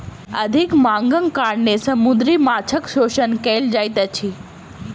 अधिक मांगक कारणेँ समुद्री माँछक शोषण कयल जाइत अछि